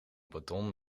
beton